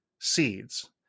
seeds